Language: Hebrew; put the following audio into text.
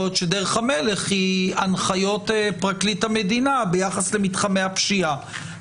יכול להיות שדרך המלך היא הנחיות פרקליט המדינה ביחס למתחמי הפשיעה.